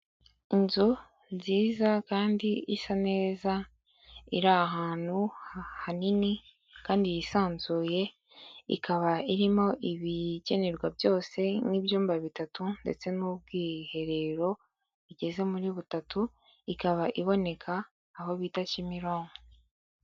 Inzu nziza kandi isa neza, iri ahantu hanini kandi hisanzuye, ikaba irimo ibikenerwa byose nk'ibyumba bitatu ndetse n'ubwiherero bugeze muri butatu, ikaba iboneka aho bita Kimironko.